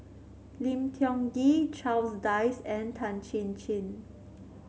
Lim Tiong Ghee Charles Dyce and Tan Chin Chin